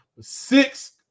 six